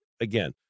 Again